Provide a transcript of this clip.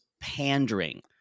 pandering